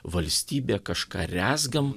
valstybe kažką rezgam